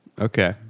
Okay